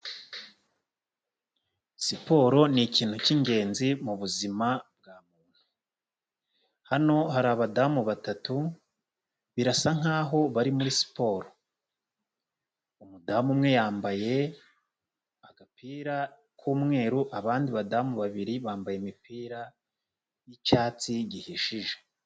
Siporo ni ikintu cy'ingenzi mu buzima bwa muntu, hano hari abadamu batatu, birasa nkaho bari muri siporo, umudamu umwe yambaye agapira k'umweru, abandi badamu babiri bambaye imipira y'icyatsi gihishije.